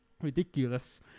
ridiculous